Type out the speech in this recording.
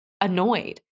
annoyed